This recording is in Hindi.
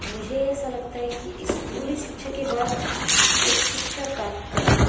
मुझे ऐसा लगता है कि स्कूली शिक्षा के बाद उच्च शिक्षा प्राप्त करना